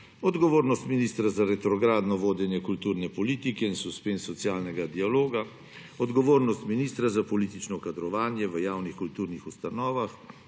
odgovornost ministra za retrogradno vodenje kulturne politike in suspenz socialnega dialoga, odgovornost ministra za politično kadrovanje v javnih kulturnih ustanovah,